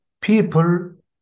people